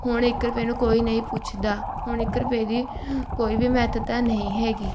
ਹੁਣ ਇੱਕ ਰੁਪਏ ਨੂੰ ਕੋਈ ਨਹੀਂ ਪੁੱਛਦਾ ਹੁਣ ਇੱਕ ਰੁਪਏ ਦੀ ਕੋਈ ਵੀ ਮਹੱਤਤਾ ਨਹੀਂ ਹੈਗੀ